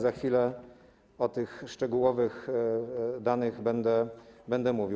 Za chwilę o tych szczegółowych danych będę mówił.